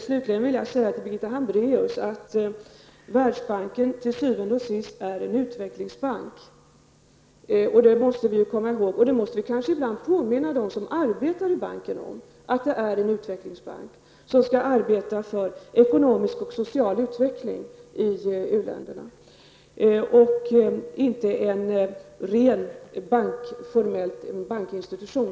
Slutligen vill jag säga till Birgitta Hambraeus att Världsbanken till syvende og sidst är en utvecklingsbank. Det måste vi komma ihåg, och det måste vi kanske ibland påminna dem som arbetar i Världsbanken om. Det är en utvecklingsbank som skall arbeta för ekonomisk och social utveckling i uländerna och inte en ren formell bankinstitution.